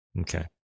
Okay